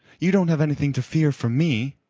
you don't have anything to fear from me,